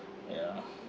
ya